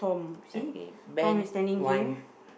okay van once